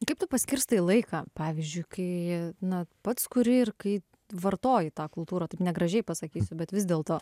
kaip tu paskirstai laiką pavyzdžiui kai na pats kuri ir kai vartoji tą kultūrą taip negražiai pasakysiu bet vis dėlto